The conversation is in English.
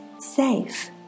safe